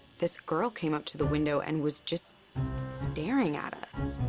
this girl came up to the window and was just staring at us.